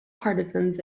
partisans